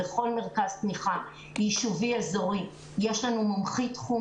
בכל מרכז תמיכה יישובי או אזורי יש לנו מומחית תחום